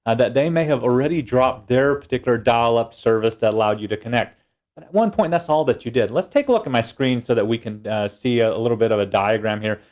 ah that they may have already dropped their particular dial-up service that allowed you to connect. at one point, that's all that you did. let's take a look at my screen so that we can see ah a little bit of a diagram here.